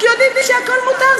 יודעים שהכול מותר,